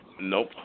Nope